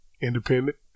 independent